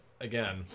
Again